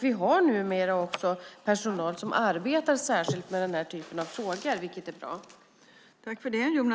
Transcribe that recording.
Vi har numera också personal som arbetar särskilt med den här typen av frågor, vilket är bra.